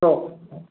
हो